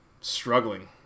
struggling